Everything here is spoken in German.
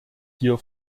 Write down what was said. hier